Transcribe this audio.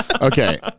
Okay